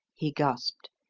he gasped.